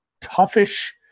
toughish